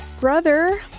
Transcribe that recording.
Brother